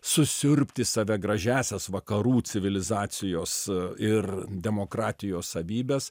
susiurbti save gražiąsias vakarų civilizacijos ir demokratijos savybes